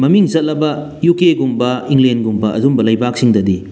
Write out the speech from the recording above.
ꯃꯃꯤꯡ ꯆꯠꯂꯕ ꯏꯌꯨ ꯀꯦꯒꯨꯝꯕ ꯏꯪꯂꯦꯟꯒꯨꯝꯕ ꯑꯗꯨꯒꯨꯝꯕ ꯂꯩꯕꯥꯛꯁꯤꯡꯗꯗꯤ